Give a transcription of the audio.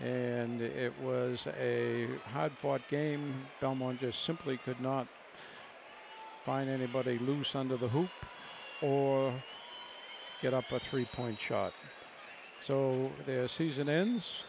and it was a hard fought game delmon just simply could not find anybody loose under the hoop or get up a three point shot sold their season ends